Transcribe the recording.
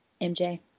MJ